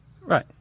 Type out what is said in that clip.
Right